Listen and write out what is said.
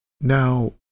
Now